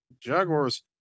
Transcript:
Jaguars